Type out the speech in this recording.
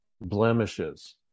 blemishes